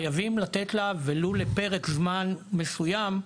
חייבים לתת לה ולו לפרק זמן מסוים,